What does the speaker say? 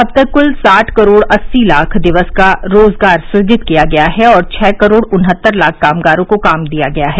अब तक कुल साठ करोड़ अस्सी लाख दिवस का रोजगार सृजित किया गया है और छ करोड़ उनहत्तर लाख कामगारों को काम दिया गया है